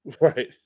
Right